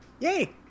Yay